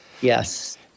Yes